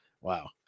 Wow